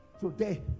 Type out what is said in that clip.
today